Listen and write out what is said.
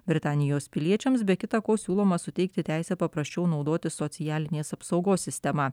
britanijos piliečiams be kita ko siūloma suteikti teisę paprasčiau naudotis socialinės apsaugos sistema